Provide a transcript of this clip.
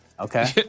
Okay